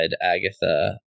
Agatha